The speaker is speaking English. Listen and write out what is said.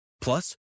Plus